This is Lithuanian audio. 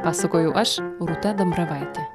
pasakojau aš rūta dambravaitė